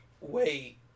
Wait